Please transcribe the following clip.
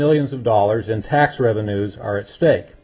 millions of dollars in tax revenues are at stake